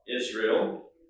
Israel